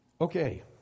Okay